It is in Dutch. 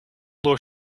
door